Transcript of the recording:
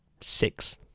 six